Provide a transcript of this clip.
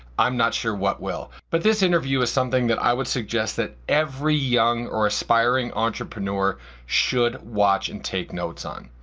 i'm not sure what will, but this interview is something that i would suggest that every young or aspiring entrepreneur should watch watch and take notes on.